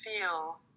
feel